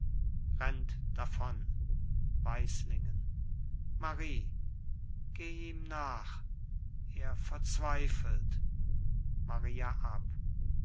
rennt davon weislingen marie geh ihm nach er verzweifelt maria ab